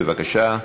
בבקשה.